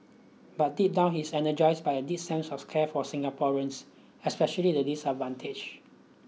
but deep down he is energized by a deep sense of care for Singaporeans especially the disadvantage